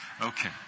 okay